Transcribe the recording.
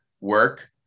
work